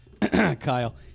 Kyle